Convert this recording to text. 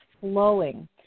flowing